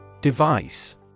Device